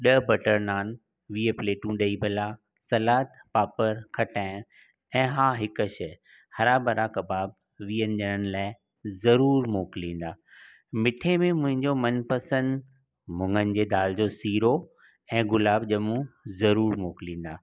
ॾह बटर नान वीह प्लेटूं ॾही भला सलाद पापड़ खटाइण ऐं हा हिक शइ हरा भरा कबाबु वीहनि ॼणनि लाइ ज़रूरु मोकिलींदा मिठे में मुंहिंजो मनपसंदि मुङनि जी दाल जो सीरो ऐं गुलाब ॼमूं ज़रूरु मोकिलींदा